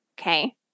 okay